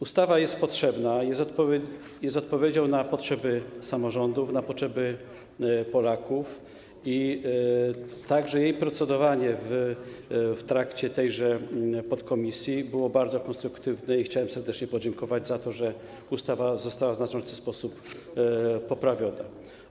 Ustawa jest potrzebna, jest odpowiedzą na potrzeby samorządów, na potrzeby Polaków i procedowanie nad nią w trakcie posiedzeń podkomisji było bardzo konstruktywne i chciałem serdecznie podziękować za to, że ustawa została w znaczący sposób poprawiona.